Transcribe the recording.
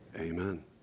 Amen